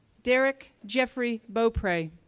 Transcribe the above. derek jeffrey beaupre,